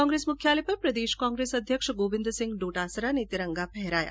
कांग्रेस मुख्यालय पर प्रदेश कांग्रेस अध्यक्ष गोविन्द सिंह डोटासरा ने तिरंगा फहराया